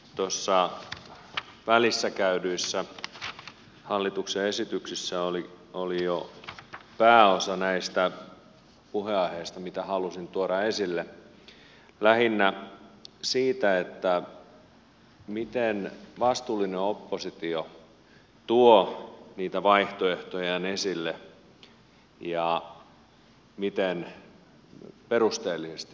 tuossa välissä käydyissä hallituksen esityksissä oli jo pääosa näistä puheenaiheista mitä halusin tuoda esille lähinnä sitä miten vastuullinen oppositio tuo niitä vaihtoehtojaan esille ja miten perusteellisesti ne on tehty